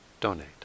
donate